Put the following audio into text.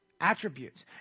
attributes